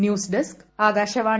news desk Akashvani